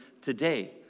today